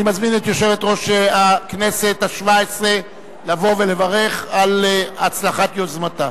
אני מזמין את יושבת-ראש הכנסת השבע-עשרה לבוא ולברך על הצלחת יוזמתה.